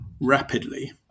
rapidly